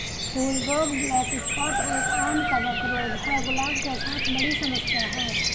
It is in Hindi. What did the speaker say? फूल रोग ब्लैक स्पॉट एक, आम कवक रोग है, गुलाब के साथ बड़ी समस्या है